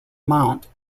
mount